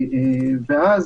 ואז,